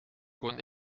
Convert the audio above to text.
kon